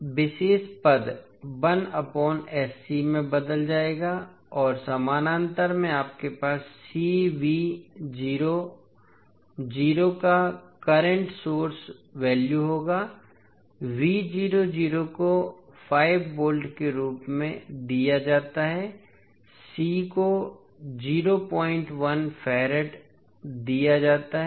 तो अब यह विशेष पद में बदल जाएगा और समानांतर में आपके पास का करंट सोर्स वैल्यू होगा को 5 वोल्ट के रूप में दिया जाता है C को 01 F दिया जाता है